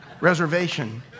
reservation